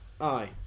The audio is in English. Aye